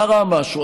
קרה משהו.